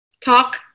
talk